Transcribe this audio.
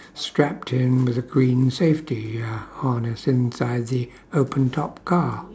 strapped in with a green safety uh harness inside the the open top car